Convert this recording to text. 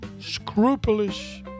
scrupulous